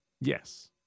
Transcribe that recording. Yes